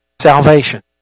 salvation